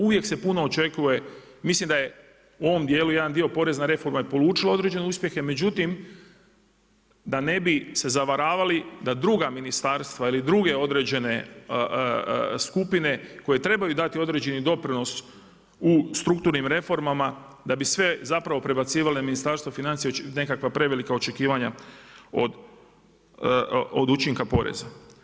Uvijek se puno očekuje, mislim da je u ovom djelu jedan dio porezna reforma je polučila određene uspjehe međutim da ne bi se zavaravali da druga ministarstva ili druge određene skupine koje trebaju dati određeni doprinos u strukturnim reformama da bi sve zapravo prebacivali u Ministarstvo financija nekakva prevelika očekivanja od učinka poreza.